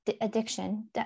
addiction